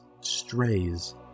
strays